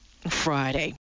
Friday